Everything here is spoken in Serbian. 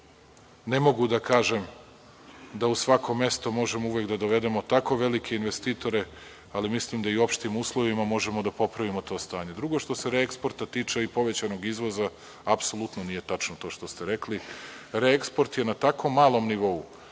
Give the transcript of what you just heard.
Ne mogu da kažem da u svako mesto možemo uvek da dovedemo tako velike investitore, ali mislim da i u opštim uslovima možemo da popravimo to stanje. Drugo, što se reeksporta tiče i povećanog izvoza, apsolutno nije tačno to što ste rekli. Reeksport je na tako malom nivou